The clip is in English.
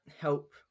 help